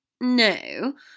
No